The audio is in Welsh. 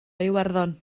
iwerddon